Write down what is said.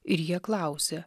ir jie klausė